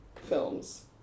films